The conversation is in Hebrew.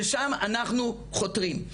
לשם אנחנו חותרים.